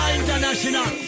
international